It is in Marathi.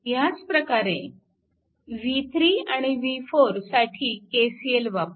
ह्याच प्रकारे v3 आणि v4 साठी KCL वापरा